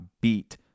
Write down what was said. beat